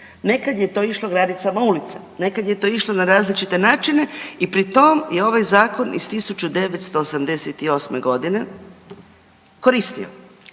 Nekad je to išlo granicama ulica, nekad je to išlo na različite načine i pri tom je ovaj Zakon iz 1988. g. koristio